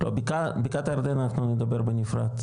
בקעת הירדן אנחנו נדבר בנפרד,